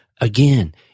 Again